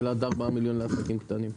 של עד 4 מיליון לעסקים קטנים.